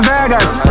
Vegas